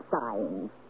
signs